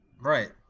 Right